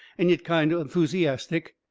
and yet kind o' enthusiastic,